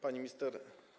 Pani Minister!